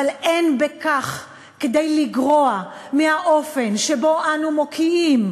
אבל אין בכך כדי לגרוע מהאופן שבו אנו מוקיעים,